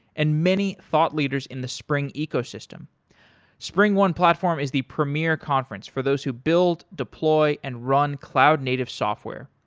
and many thought leaders in the spring ecosystem springone platform is the premier conference for those who build, deploy and run cloud-native software.